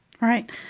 Right